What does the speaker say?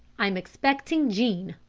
i'm expecting jean,